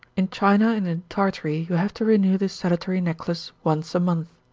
in china and in tartary you have to renew this salutary necklace once a month.